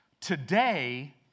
today